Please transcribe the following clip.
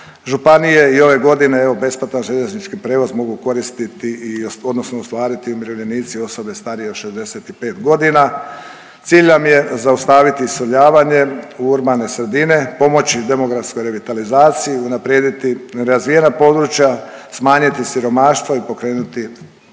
županije. I ove godine evo besplatan željeznički prijevoz mogu koristiti, odnosno ostvariti umirovljenici, osobe starije od 65 godina. Cilj nam je zaustaviti iseljavanje u urbane sredine, pomoći demografskoj revitalizaciji, unaprijediti razvijena područja, smanjiti siromaštvo i pokrenuti